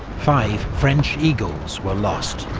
five french eagles were lost.